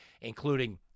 including